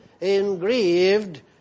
engraved